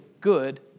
good